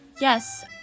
Yes